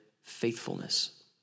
faithfulness